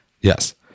Yes